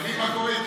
תבין מה קורה איתך.